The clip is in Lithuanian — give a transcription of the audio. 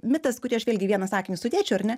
mitas kurį aš vėlgi į vieną sakinį sudėčiau ar ne